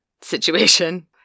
situation